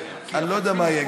אני לא יודע מה יהיה.